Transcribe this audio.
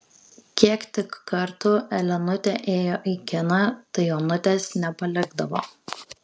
kiek tik kartų elenutė ėjo į kiną tai onutės nepalikdavo